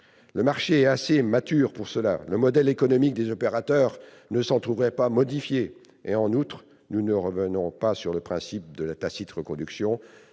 le marché est suffisamment mature, et le modèle économique des opérateurs ne s'en trouverait pas modifié. En outre, nous ne revenons pas sur le principe de la tacite reconduction.